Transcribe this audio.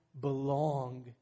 belong